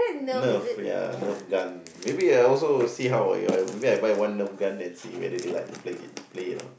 Nerf ya Nerf gun maybe I also see how ah ya maybe I buy one Nerf gun and see whether they like to play it play it not